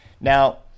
Now